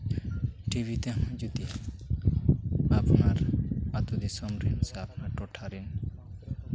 TV ᱛᱮᱦᱚᱸ ᱡᱩᱫᱤ ᱟᱯᱱᱟᱨ ᱟᱹᱛᱩ ᱫᱤᱥᱚᱢ ᱨᱮᱱ ᱥᱮ ᱟᱯᱱᱟᱨ ᱴᱚᱴᱷᱟ ᱨᱮᱱ